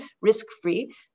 risk-free